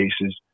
cases